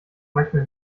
manchmal